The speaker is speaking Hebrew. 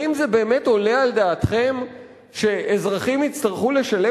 האם זה באמת עולה על דעתכם שאזרחים יצטרכו לשלם